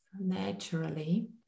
naturally